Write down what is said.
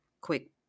quick